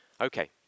Okay